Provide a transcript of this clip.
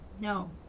No